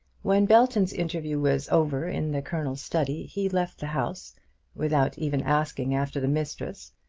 when belton's interview was over in the colonel's study, he left the house without even asking after the mistress,